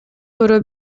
көрө